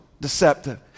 deceptive